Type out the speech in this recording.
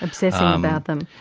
obsessing about them.